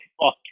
fuck